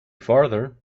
farther